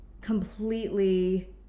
completely